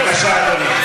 בבקשה, אדוני.